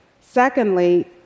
Secondly